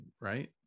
right